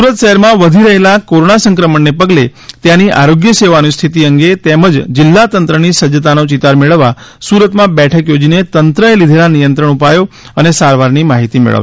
સુરત શહેરમાં વધી રહેલા કોરોના સંક્રમણને પગલે ત્યાંની આરોગ્ય સેવાઓની સ્થિતિ અંગે તેજ જિલ્લા તંત્રની સજ્જતાનો ચિતાર મેળવવા સુરતમાં બેઠક યોજીને તંત્રએ લીધેલા નિયંત્રણ ઉપાયો અને સારવારની માહિતી મેળવશે